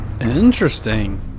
Interesting